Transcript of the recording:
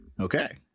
Okay